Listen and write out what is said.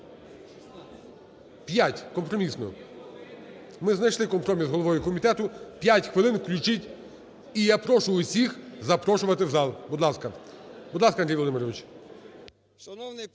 П'ять – компромісно. Ми знайшли компроміс з головою комітету, 5 хвилин включіть. І я прошу всіх запрошувати у зал. Будь ласка. Будь ласка, Андрій Володимирович.